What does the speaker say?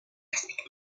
respectée